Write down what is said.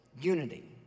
unity